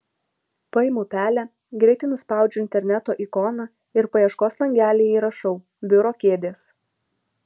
paimu pelę greitai nuspaudžiu interneto ikoną ir paieškos langelyje įrašau biuro kėdės